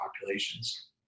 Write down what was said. populations